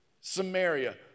Samaria